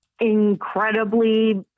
incredibly